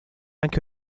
anche